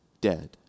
dead